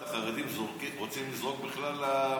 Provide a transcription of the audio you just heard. את החרדים רוצים בכלל לזרוק